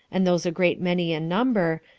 and those a great many in number,